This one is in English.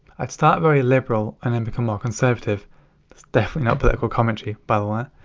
i'd start very liberal and then become more conservative. that's definitely not political commentary, by the way.